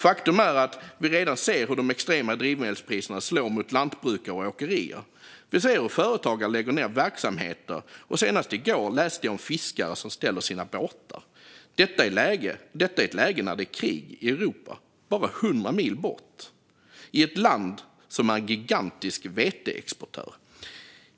Faktum är att vi redan ser hur de extrema drivmedelspriserna slår emot lantbrukare och åkerier. Vi ser hur företagare lägger ned verksamheter, och senast i går läste jag om fiskare som ställer sina båtar, detta i ett läge när det är krig i Europa, bara 100 mil bort, i ett land som är en gigantisk veteexportör.